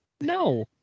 No